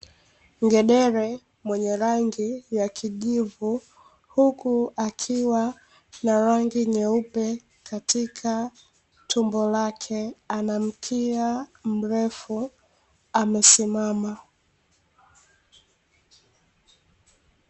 Ngedere mwenye rangi ya kijivu huku akiwa na rangi nyeupe katika tumbo lake anamkia mrefu amesimama.